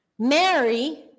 Mary